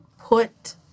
put